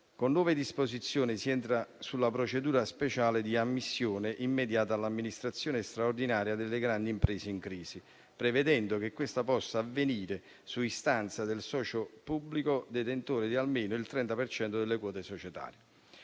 Con nuove disposizioni si entra sulla procedura speciale di ammissione immediata all'amministrazione straordinaria delle grandi imprese in crisi, prevedendo che questa possa avvenire su istanza del socio pubblico detentore di almeno il 30 per cento delle quote societarie.